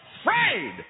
afraid